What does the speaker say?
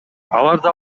аларды